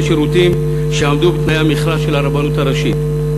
שירותים שיעמדו בתנאי המכרז של הרבנות הראשית.